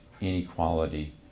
inequality